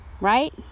right